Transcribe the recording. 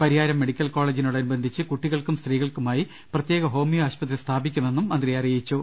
Pariyaram medical കോളേജിനോടനു ബന്ധിച്ച് കുട്ടികൾക്കും സ്ത്രീകൾക്കുമായി പ്രത്യേക ഹോമിയോ ആശുപ ത്രി സ്ഥാപിക്കുമെന്നും മന്ത്രി പറഞ്ഞു